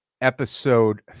episode